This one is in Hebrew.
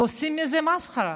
ועושים מזה מסחרה.